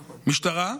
משטרה,